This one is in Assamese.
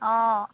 অঁ